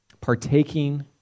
partaking